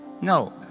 No